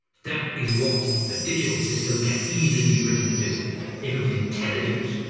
that is what a digital system can easily be written to do. if it was intelligent,